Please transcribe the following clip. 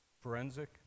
Forensic